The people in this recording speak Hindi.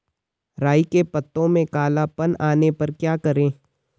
राई के पत्तों में काला पन आने पर क्या करें?